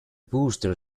booster